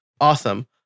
Awesome